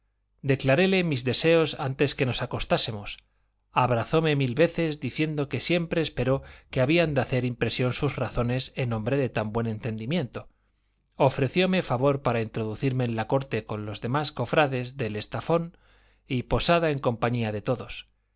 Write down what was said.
chirlería declaréle mis deseos antes que nos acostásemos abrazóme mil veces diciendo que siempre esperó que habían de hacer impresión sus razones en hombre de tan buen entendimiento ofrecióme favor para introducirme en la corte con los demás cofrades del estafón y posada en compañía de todos